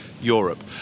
Europe